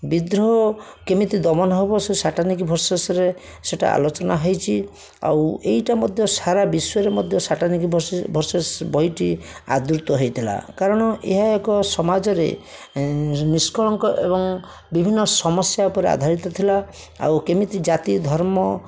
ବିଦ୍ରୋହ କେମିତି ଦମନ ହବ ସେ ସାଟାନିକ ଭରସେସରେ ସେଟା ଆଲୋଚନା ହେଇଛି ଆଉ ଏଇଟା ମଧ୍ୟ ସାରା ବିଶ୍ୱରେ ମଧ୍ୟ ସାଟାନିକ ଭରସେସ ଭରସେସ ବହିଟି ଆଦୃତ ହେଇଥିଲା କାରଣ ଏହା ଏକ ସମାଜରେ ନିଷ୍କଳଙ୍କ ଏବଂ ବିଭିନ୍ନ ସମସ୍ୟା ଉପରେ ଆଧାରିତ ଥିଲା ଆଉ କେମିତି ଜାତି ଧର୍ମ